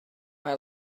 mae